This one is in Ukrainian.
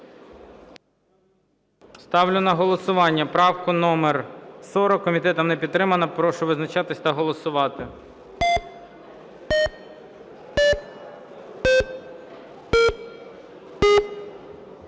Ставлю на голосування 46 правку. Комітетом не підтримана. Прошу визначатись та голосувати.